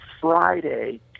Friday